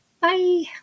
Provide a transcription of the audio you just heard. Bye